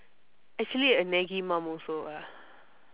actually a naggy mum also lah